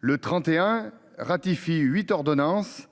Le 31 ratifie huit ordonnance